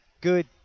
good